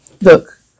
Look